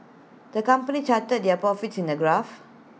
the company charted their profits in A graph